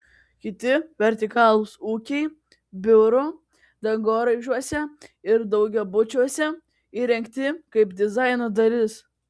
kiti vertikalūs ūkiai biurų dangoraižiuose ir daugiabučiuose įrengti kaip dizaino dalis